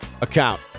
account